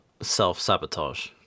self-sabotage